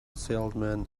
salesman